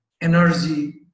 energy